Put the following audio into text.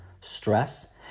stress